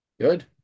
Good